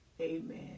Amen